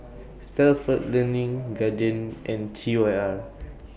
Stalford Learning Guardian and T Y R